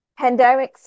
pandemics